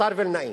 השר וילנאי,